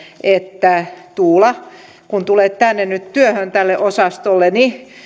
että tuula kun tulet nyt työhön tälle osastolleni